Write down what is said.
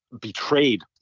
betrayed